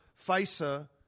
FISA